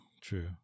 true